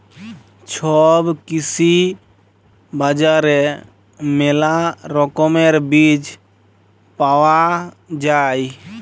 ছব কৃষি বাজারে মেলা রকমের বীজ পায়া যাই